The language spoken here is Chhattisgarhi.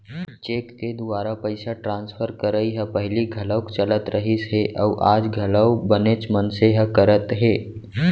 चेक के दुवारा पइसा ट्रांसफर करई ह पहिली घलौक चलत रहिस हे अउ आज घलौ बनेच मनसे ह करत हें